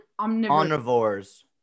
Omnivores